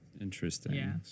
Interesting